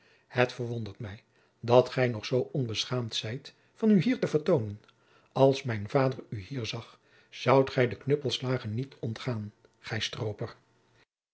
het verwondert mij dat gij nog zoo onbeschaamd zijt van u hier te vertoonen als jacob van lennep de pleegzoon mijn vader u hier zag zoudt gij de knuppelslagen niet ontgaan